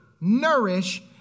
nourish